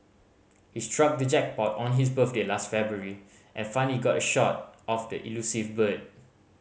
he struck the jackpot on his birthday last February and finally got a shot of the elusive bird